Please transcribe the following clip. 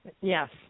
yes